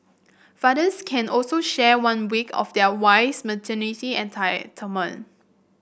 fathers can also share one week of their wife's maternity entire